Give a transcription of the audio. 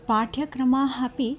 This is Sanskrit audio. पाठ्यक्रमाः अपि